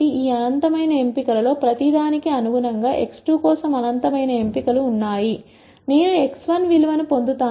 ఈ అనంతమైన ఎంపికలలో ప్రతి దానికి అనుగుణంగా x2 కోసం అనంతమైన ఎంపిక లు ఉన్నాయి నేను x1 విలువను పొందుతాను